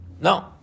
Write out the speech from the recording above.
No